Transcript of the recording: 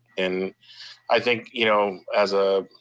and i think you know as a